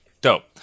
dope